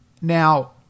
Now